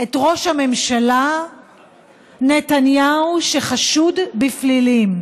את ראש הממשלה נתניהו, שחשוד בפלילים.